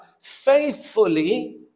faithfully